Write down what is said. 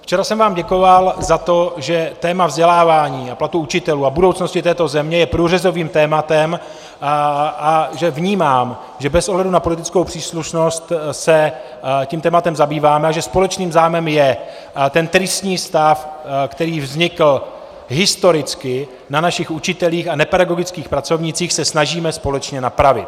Včera jsem vám děkoval za to, že téma vzdělávání, platů učitelů a budoucnosti této země je průřezovým tématem a že vnímám, že bez ohledu na politickou příslušnost se tím tématem zabýváme, a že společným zájmem je ten tristní stav, který vznikl historicky na našich učitelích a nepedagogických pracovnících, se snažíme společně napravit.